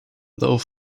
little